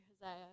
Hosea